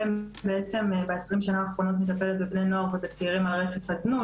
עלם ב-20 השנים האחרונות מטפלת בבני נוער ובצעירים על רצף הזנות,